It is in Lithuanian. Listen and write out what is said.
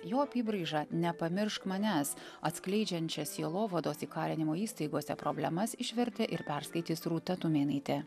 jo apybraižą nepamiršk manęs atskleidžiančią sielovados įkalinimo įstaigose problemas išvertė ir perskaitys rūta tumėnaitė